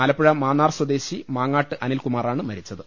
ആല പ്പുഴ മാന്നാർ സ്വദേശി മാങ്ങാട്ട് അനിൽകുമാറാണ് മരിച്ചത്